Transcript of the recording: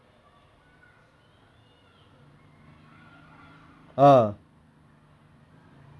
eh actually that one not bad sia seriously like you just take it then you sleep ah then you wake up you are already at your destination